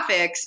graphics